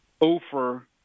over